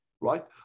right